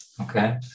Okay